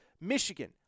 Michigan